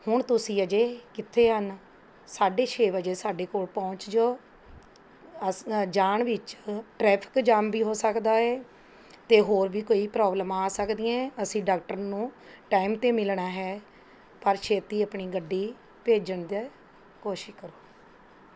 ਹੁਣ ਤੁਸੀਂ ਅਜੇ ਕਿੱਥੇ ਹਨ ਸਾਢੇ ਛੇ ਵਜੇ ਸਾਡੇ ਕੋਲ ਪਹੁੰਚ ਜੋ ਅਸ ਅ ਜਾਣ ਵਿੱਚ ਟ੍ਰੈਫਿਕ ਜਾਮ ਵੀ ਹੋ ਸਕਦਾ ਏ ਅਤੇ ਹੋਰ ਵੀ ਕੋਈ ਪਰੋਬਲਮਾਂ ਆ ਸਕਦੀਆਂ ਏ ਅਸੀਂ ਡਾਕਟਰ ਨੂੰ ਟਾਈਮ 'ਤੇ ਮਿਲਣਾ ਹੈ ਪਰ ਛੇਤੀ ਆਪਣੀ ਗੱਡੀ ਭੇਜਣ ਦੀ ਕੋਸ਼ਿਸ਼ ਕਰੋ